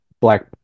Black